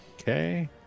Okay